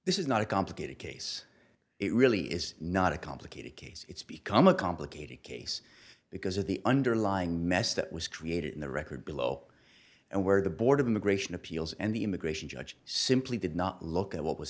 this is not a complicated case it really is not a complicated it's become a complicated case because of the underlying mess that was created in the record below and where the board of immigration appeals and the immigration judge simply did not look at what was